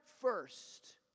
first